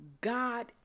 God